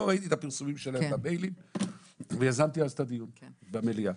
לא ראיתי את הפרסומים שלהם והמיילים ויזמתי את הדיון במליאה.